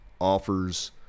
offers